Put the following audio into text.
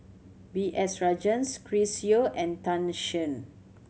B S Rajhans Chris Yeo and Tan Shen